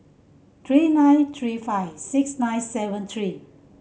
three nine three five six nine seven three